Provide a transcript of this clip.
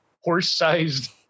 horse-sized